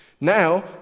now